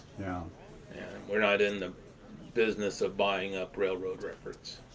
yeah and and we're not in the business of buying up railroad records.